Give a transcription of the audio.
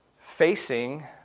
facing